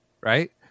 right